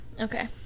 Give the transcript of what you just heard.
Okay